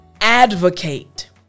advocate